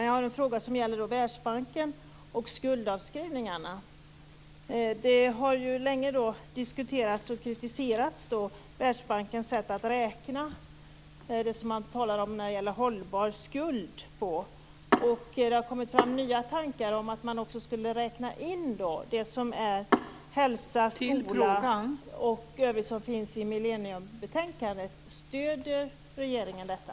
Jag har en fråga som gäller Världsbanken och skuldavskrivningarna. Världsbankens sätt att räkna har länge diskuterats och kritiserats när det gäller det man kallar hållbar skuld. Det har kommit fram nya tankar om att man också skulle räkna in det som rör hälsa, skola och övrigt i millenniebetänkandet. Stöder regeringen detta?